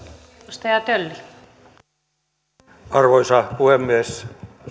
arvoisa puhemies